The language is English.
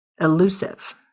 elusive